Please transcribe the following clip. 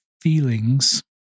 feelings